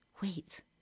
Wait